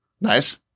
Nice